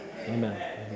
Amen